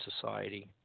Society